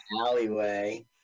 Alleyway